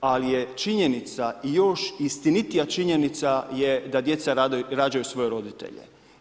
Ali je činjenica još, istinitija činjenica je da djeca rađaju svoje roditelje.